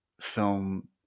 film